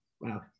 wow